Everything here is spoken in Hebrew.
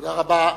תודה רבה.